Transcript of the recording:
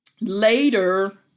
later